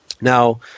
Now